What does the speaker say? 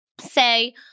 say